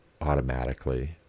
automatically